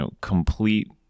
complete